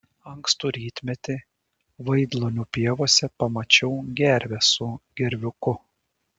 ankstų rytmetį vaidlonių pievose pamačiau gervę su gerviuku